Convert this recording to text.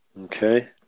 Okay